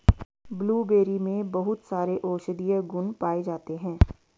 blueberry में बहुत सारे औषधीय गुण पाये जाते हैं